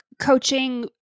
coaching